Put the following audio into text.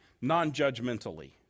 non-judgmentally